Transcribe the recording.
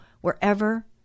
wherever